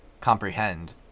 comprehend